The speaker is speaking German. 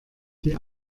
die